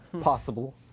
possible